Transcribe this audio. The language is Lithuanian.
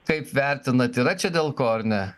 kaip vertinat yra čia dėl ko ar ne